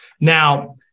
Now